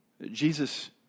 Jesus